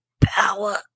power